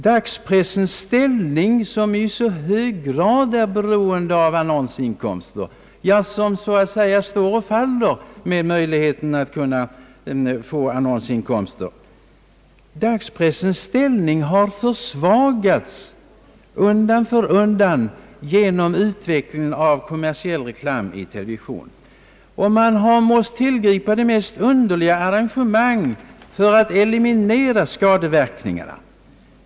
Dagspressens ställning, som i så hög grad är beroende av annonsinkomster och så att säga står och faller med möjligheten att få annonsinkomster, har försvagats genom tillkomsten av kommersiell reklam i televisionen. Man har måst tillgripa de mest underliga arrangemang för att eliminera skadeverkningarna.